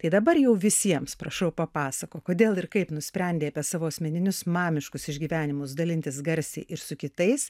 tai dabar jau visiems prašau papasakok kodėl ir kaip nusprendei apie savo asmeninius mamiškus išgyvenimus dalintis garsiai ir su kitais